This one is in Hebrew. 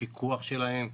בפיקוח שלהן.